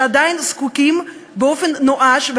שעדיין זקוקים באופן נואש,